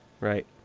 Right